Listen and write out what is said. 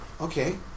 okay